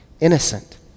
innocent